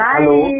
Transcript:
Hello